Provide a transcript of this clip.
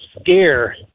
scare